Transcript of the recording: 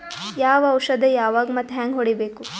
ಯಾವ ಔಷದ ಯಾವಾಗ ಮತ್ ಹ್ಯಾಂಗ್ ಹೊಡಿಬೇಕು?